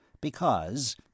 Because